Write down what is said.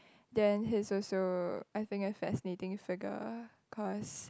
then he is also I think a fascinating figure cause